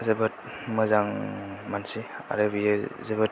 जोबोद मोजां मानसि आरो बियो जोबोद